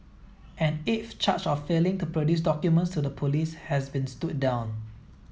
an eighth charge of failing to produce documents to the police has been stood down